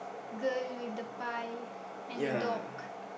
girl with the pie and the dog